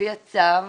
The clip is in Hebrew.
לפי החוק